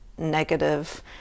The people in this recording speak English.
negative